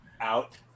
Out